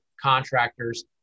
contractors